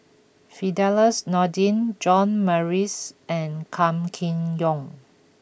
Firdaus Nordin John Morrice and Kam Kee Yong